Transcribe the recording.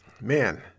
Man